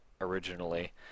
originally